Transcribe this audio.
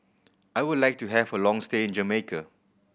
I would like to have a long stay in Jamaica